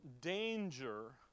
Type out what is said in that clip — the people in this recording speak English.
danger